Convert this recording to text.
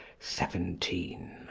seventeen.